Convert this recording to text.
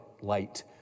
light